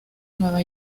nueva